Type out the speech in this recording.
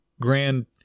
grand